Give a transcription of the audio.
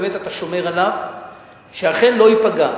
באמת אתה שומר עליו שאכן לא ייפגע,